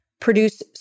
Produce